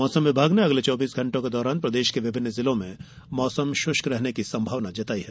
मौसम विभाग ने अगले चौबीस घण्टों के दौरान प्रदेश के विभिन्न जिलों मे मौसम शुष्क रहने की संभावना जताई है